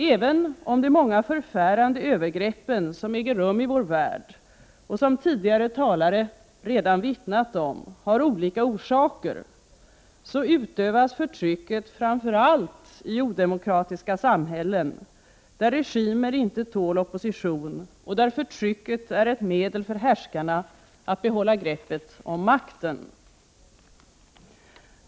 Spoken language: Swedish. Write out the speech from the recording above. Även om de många förfärande övergrepp som äger rum i vår värld och som tidigare talare redan vittnat om, har olika orsaker, så utövas förtrycket framför allt i odemokratiska samhällen, där regimer inte tål opposition och där förtrycket är ett medel för härskarna att behålla greppet om makten.